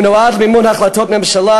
היא נועדה למימון החלטות ממשלה,